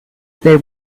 they